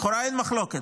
לכאורה, אין מחלוקת.